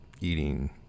eating